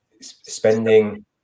spending